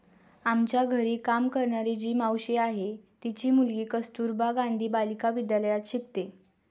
आमच्या घरी काम करणारी जी मावशी आहे, तिची मुलगी कस्तुरबा गांधी बालिका विद्यालयात शिकते